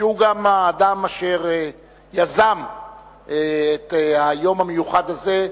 שהוא גם האדם אשר יזם את היום המיוחד הזה,